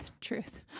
Truth